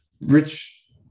Rich